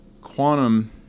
quantum